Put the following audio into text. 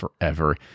forever